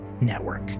network